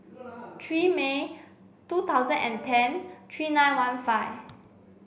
three May two thousand and ten three nine one five